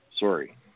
Sorry